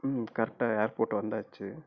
ம் கரெக்டாக ஏர்போட் வந்தாச்சு